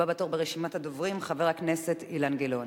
הבא בתור ברשימת הדוברים, חבר הכנסת אילן גילאון.